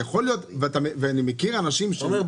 ואני מכיר אנשים --- אתה אומר,